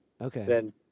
Okay